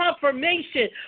confirmation